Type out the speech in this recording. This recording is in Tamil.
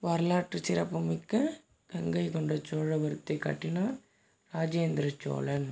வரலாற்று சிறப்புமிக்க கங்கை கொண்ட சோழபுரத்தை கட்டினார் ராஜேந்திர சோழன்